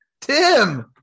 Tim